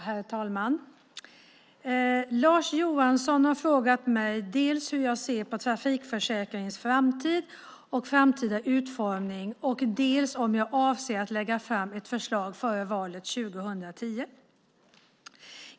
Herr talman! Lars Johansson har frågat mig dels hur jag ser på trafikförsäkringens framtid och framtida utformning, dels om jag avser att lägga fram ett förslag före valet 2010.